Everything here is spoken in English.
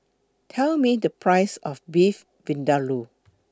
Tell Me The Price of Beef Vindaloo